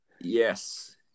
Yes